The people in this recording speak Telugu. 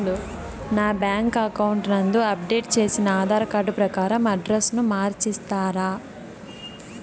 నా బ్యాంకు అకౌంట్ నందు అప్డేట్ చేసిన ఆధార్ కార్డు ప్రకారం అడ్రస్ ను మార్చిస్తారా?